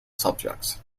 subjects